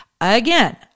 Again